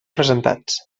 presentats